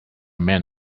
men